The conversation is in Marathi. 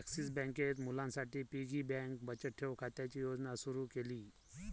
ॲक्सिस बँकेत मुलांसाठी पिगी बँक बचत ठेव खात्याची योजना सुरू केली